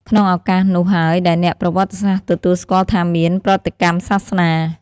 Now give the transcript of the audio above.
ក្នុងឱកាសនោះហើយដែលអ្នកប្រវត្តិសាស្ត្រទទួលស្គាល់ថាមាន ប្រតិកម្មសាសនា។